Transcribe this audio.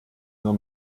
nur